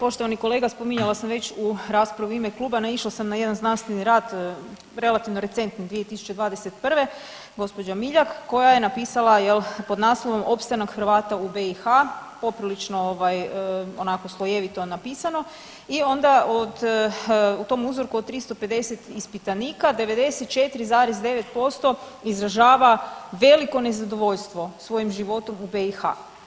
Poštovani kolega spominjala sam već u raspravi u ime kluba naišla sam na jedan znanstveni rad relativno recentni 2021. gospođa Miljak koja je napisala jel pod naslovom Opstanak Hrvata u BiH poprilično ovaj onako slojevito napisano i onda od, u tom uzorku od 350 ispitanika 94,9% izražava veliko nezadovoljstvo svojim životom u BiH.